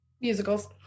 Musicals